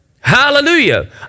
Hallelujah